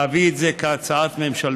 היום, נביא את זה כהצעה ממשלתית.